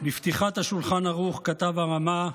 בפתיחת השולחן ערוך כתב הרמ"א,